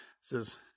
Says